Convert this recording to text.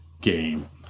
game